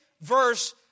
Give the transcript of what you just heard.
verse